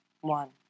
One